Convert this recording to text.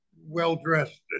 well-dressed